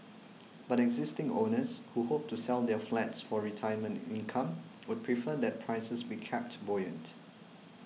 but existing owners who hope to sell their flats for retirement income would prefer that prices be kept buoyant